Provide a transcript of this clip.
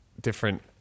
different